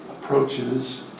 approaches